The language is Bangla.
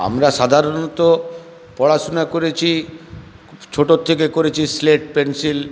আমরা সাধারণত পড়াশুনা করেছি ছোটোর থেকে করেছি স্লেট পেন্সিল